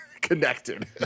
connected